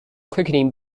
quickly